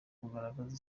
kugaragaza